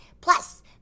Plus